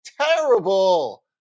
Terrible